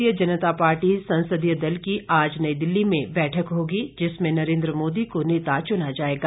भारतीय जनता पार्टी संसदीय दल की आज नई दिल्ली में बैठक होगी जिसमें नरेन्द्र मोदी को नेता चुना जाएगा